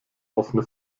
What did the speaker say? offene